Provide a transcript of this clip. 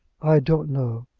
i don't know.